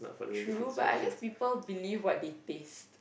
true but I guess people believe what they taste